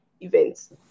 events